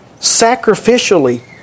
sacrificially